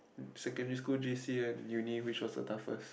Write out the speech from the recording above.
secondary school J_C and uni which is the toughest